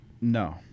No